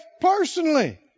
personally